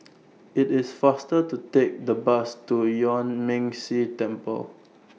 IT IS faster to Take The Bus to Yuan Ming Si Temple